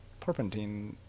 Porpentine